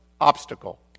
obstacle